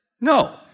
no